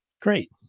Great